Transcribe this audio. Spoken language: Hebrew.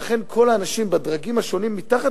וגם קשה לעקוב שאכן כל האנשים בדרגים השונים מתחת